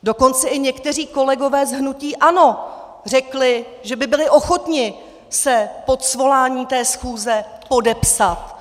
Dokonce i někteří kolegové z hnutí ANO řekli, že by byli ochotni se pod svolání té schůze podepsat.